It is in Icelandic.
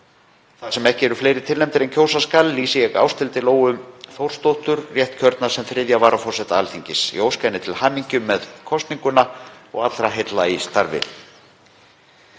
Þar sem ekki eru fleiri tilnefndir en kjósa skal lýsi ég Ásthildi Lóu Þórsdóttur réttkjörna sem 3. varaforseta Alþingis. Ég óska henni til hamingju með kosninguna og allra heilla í starfi.